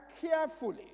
carefully